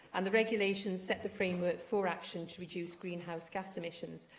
and the regulations set the framework for action to reduce greenhouse gas emissions,